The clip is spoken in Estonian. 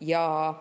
Ja